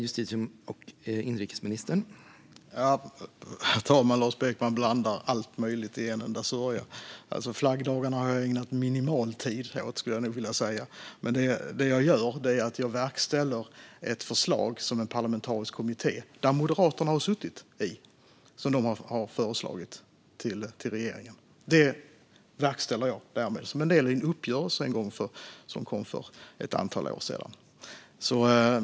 Herr talman! Lars Beckman blandar allt möjligt i en enda sörja. Flaggdagarna har jag ägnat minimalt med tid åt, skulle jag nog vilja säga. Det jag gör är att jag verkställer ett förslag till regeringen från en parlamentarisk kommitté, som Moderaterna har suttit i. Det verkställer jag därmed, som en del i en uppgörelse som gjordes för ett antal år sedan.